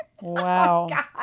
Wow